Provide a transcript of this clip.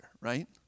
right